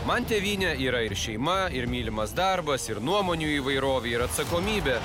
man tėvynė yra ir šeima ir mylimas darbas ir nuomonių įvairovė ir atsakomybė